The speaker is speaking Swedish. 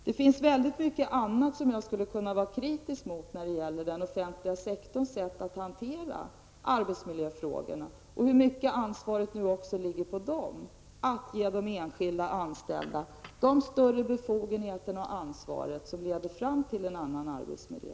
Det finns mycket annat som jag skulle kunna vara kritisk mot när det gäller den offentliga sektorns sätt att hantera arbetsmiljöfrågorna och hur man ger de enskilda anställda de större befogenheter och det ansvar som leder fram till en annan arbetsmiljö.